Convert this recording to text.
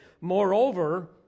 Moreover